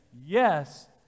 yes